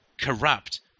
corrupt